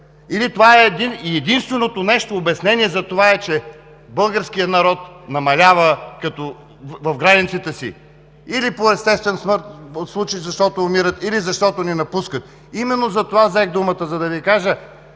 Или единственото обяснение за това е, че българският народ намалява в границите си – или по естествен начин, защото умират, или защото ни напускат?! Именно заради това взех думата, за да Ви кажа,